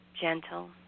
gentle